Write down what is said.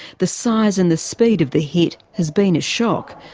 the size and the speed of the hit has been a shock,